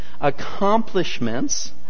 accomplishments